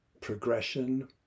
progression